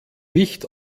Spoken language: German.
nicht